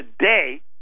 today